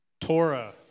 Torah